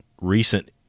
recent